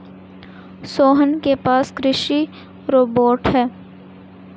सोहन के पास कृषि रोबोट है